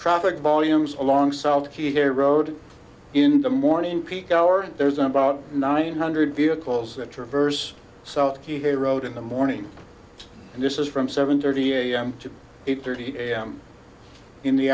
traffic volumes alongside key here road in the morning peak hour there's about nine hundred vehicles that traverse south key he wrote in the morning and this is from seven thirty am to eight thirty am in the